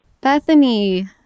bethany